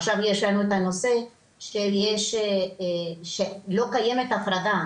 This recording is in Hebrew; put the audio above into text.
עכשיו יש לנו את הנושא שלא קיימת הפרדה